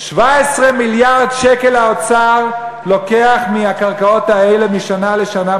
17 מיליארד שקל האוצר לוקח מהקרקעות האלה משנה לשנה,